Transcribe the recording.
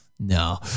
No